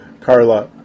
Carla